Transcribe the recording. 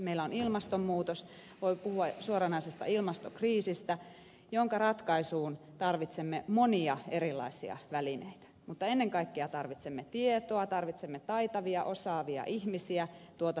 meillä on ilmastonmuutos voi puhua suoranaisesta ilmastokriisistä jonka ratkaisuun tarvitsemme monia erilaisia välineitä mutta ennen kaikkea tarvitsemme tietoa tarvitsemme taitavia osaavia ihmisiä tuota työtä tekemään